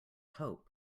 hope